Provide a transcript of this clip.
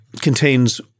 contains